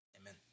Amen